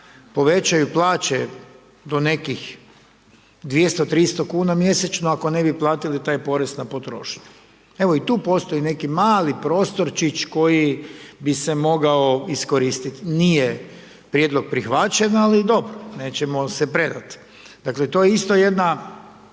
povećaju plaće do nekih 200, 300 kuna mjesečno ako ne bi platili taj porez na potrošnju. Evo i tu postoji neki mali prostorčić koji bi se mogao iskoristiti. Nije prijedlog prihvaćen ali dobro, nećemo se predati. Dakle to je isto jedna